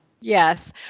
Yes